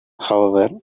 however